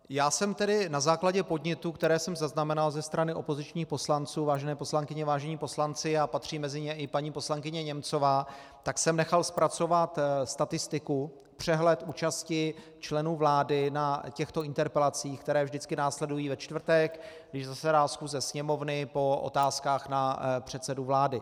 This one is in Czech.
Já jsem tedy na základě podnětů, které jsem zaznamenal ze strany opozičních poslanců, vážené poslankyně, vážení poslanci, a patří mezi ně i paní poslankyně Němcová, nechal zpracovat statistiku, přehled účasti členů vlády na těchto interpelacích, které vždycky následují ve čtvrtek, když zasedá schůze Sněmovny, po otázkách na předsedu vlády.